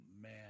man